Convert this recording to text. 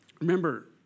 Remember